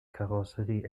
karosserie